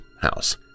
house